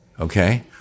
Okay